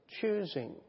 choosing